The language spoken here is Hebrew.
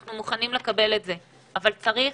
אנחנו מוכנים לקבל את זה, אבל צריך